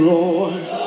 Lord